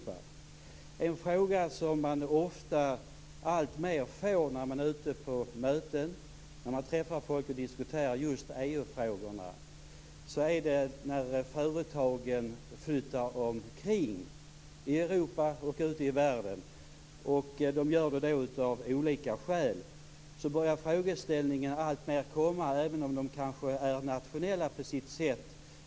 Jag har för första gången träffat en premiärministerkollega som i spåren av Asienkrisen har upplevt att företag från hans hemland nu flyttar ut till Marocko. För första gången upplevde han ett problem med den sociala dumpningen.